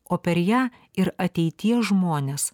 o per ją ir ateities žmones